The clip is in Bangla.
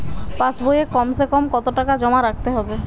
পাশ বইয়ে কমসেকম কত টাকা জমা রাখতে হবে?